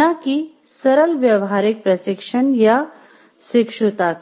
न कि सरल व्यावहारिक प्रशिक्षण या शिक्षुता की